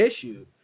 issue